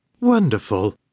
Wonderful